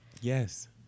yes